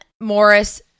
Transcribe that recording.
Morris